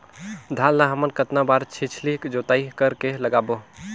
धान ला हमन कतना बार छिछली जोताई कर के लगाबो?